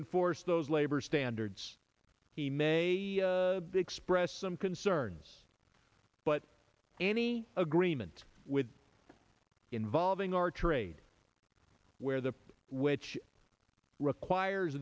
enforce those labor standards he may express some concerns but any agreement with involving our trade where the which requires